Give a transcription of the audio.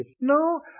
No